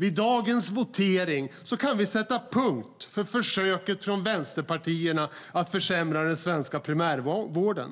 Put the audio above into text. Vid dagens votering kan vi sätta punkt för försöket från vänsterpartierna att försämra den svenska primärvården.